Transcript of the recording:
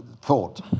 thought